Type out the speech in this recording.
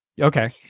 okay